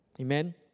Amen